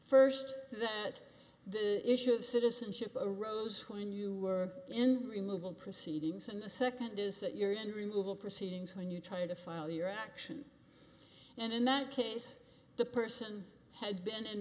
first that the issue of citizenship arose when you were in removal proceedings and the second is that you're in removal proceedings when you try to file your action and in that case the person had been